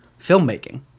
filmmaking